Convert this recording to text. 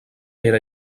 era